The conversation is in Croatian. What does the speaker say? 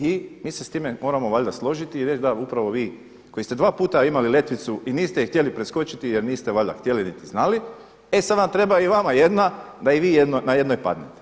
I mi se s time moramo valjda složiti i reći da upravo vi koji ste dva puta imati letvicu i niste je htjeli preskočiti jer niste valjda htjeli niti znali, e sada treba i vama jedna da vi na jednoj padnete.